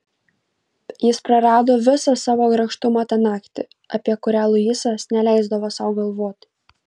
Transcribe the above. jis prarado visą savo grakštumą tą naktį apie kurią luisas neleisdavo sau galvoti